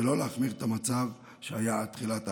ולא להחמיר את המצב שהיה עד תחילת ההפרטה.